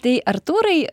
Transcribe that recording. tai artūrai